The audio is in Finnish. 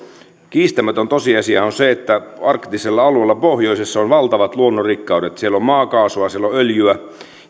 kiistämätön tosiasia on se että arktisella alueella pohjoisessa on valtavat luonnonrikkaudet siellä on maakaasua siellä on öljyä ja esimerkiksi